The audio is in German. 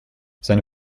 seine